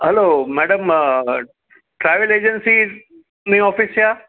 hello madam travel agency ની office છે આ